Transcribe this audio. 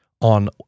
on